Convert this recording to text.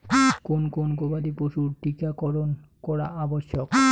কোন কোন গবাদি পশুর টীকা করন করা আবশ্যক?